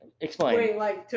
explain